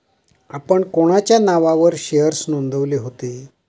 आपण कोणाच्या नावावर शेअर्स नोंदविले होते?